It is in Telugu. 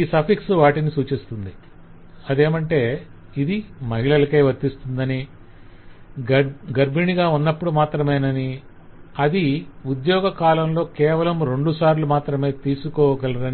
ఈ సఫిక్స్ వాటిని సూచిస్తుంది- అదేమంటే ఇది మహిళలకే వర్తిస్తుందని గర్భిణిగా ఉన్నప్పుడు మాత్రమేనని అది ఉద్యోగ కాలంలో కేవలం రెండు సార్లు మాత్రమే తీసుకోగలరని